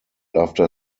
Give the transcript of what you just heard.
after